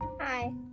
hi